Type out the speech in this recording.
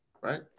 right